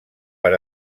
per